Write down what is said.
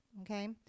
okay